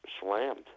slammed